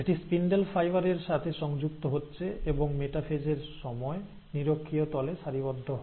এটি spindle fibre এর সাথে সংযুক্ত হচ্ছে এবং মেটাফেজ এর সময় নিরক্ষীয় তলে সারিবদ্ধ হয়